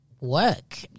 Work